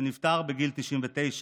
שנפטר בגיל 99,